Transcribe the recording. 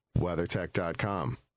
weathertech.com